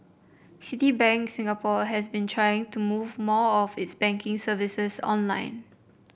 Citibank Singapore has been trying to move more of its banking services online